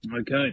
Okay